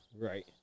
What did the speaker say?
Right